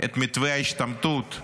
את מתווה ההשתמטות,